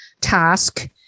task